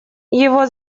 его